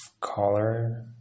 color